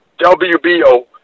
WBO